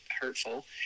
hurtful